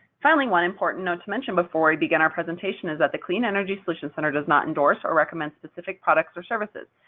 finally, one important note to mention before we begin our presentation is that the clean energy solutions center does not endorse or recommend specific products or services.